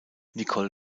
nicole